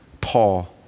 Paul